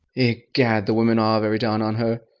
egad! the women are very down on her.